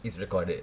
it's recorded